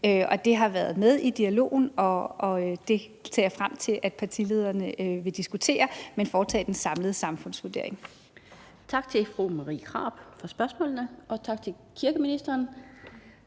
det har været med i dialogen, og det ser jeg frem til at partilederne vil diskutere, når de foretager den samlede samfundsvurdering. Kl. 17:20 Den fg. formand (Annette Lind): Tak til fru Marie Krarup for spørgsmålene, og tak til kirkeministeren.